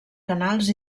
canals